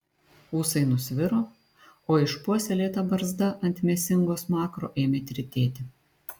ūsai nusviro o išpuoselėta barzda ant mėsingo smakro ėmė tirtėti